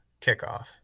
kickoff